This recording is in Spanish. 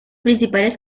principales